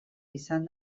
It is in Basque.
izan